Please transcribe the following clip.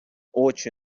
очі